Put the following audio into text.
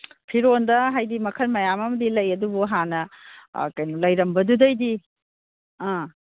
ꯐꯤꯔꯣꯟꯗ ꯍꯥꯏꯗꯤ ꯃꯈꯟ ꯃꯌꯥꯝ ꯑꯃꯗꯤ ꯂꯩ ꯑꯗꯨꯕꯨ ꯍꯥꯟꯅ ꯀꯩꯅꯣ ꯂꯩꯔꯝꯕꯗꯨꯗꯩꯗꯤ ꯑꯥ